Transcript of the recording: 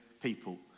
people